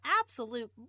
absolute